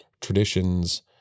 traditions